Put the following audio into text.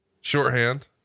Shorthand